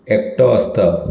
एकटो आसता